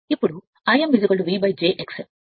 ఇప్పుడు Im V j X m